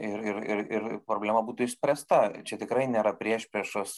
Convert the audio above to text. ir ir ir ir problema būtų išspręsta čia tikrai nėra priešpriešos